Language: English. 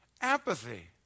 apathy